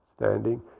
standing